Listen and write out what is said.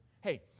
Hey